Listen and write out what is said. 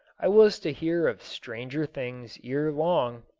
i was to hear of stranger things ere long.